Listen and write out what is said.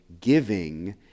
giving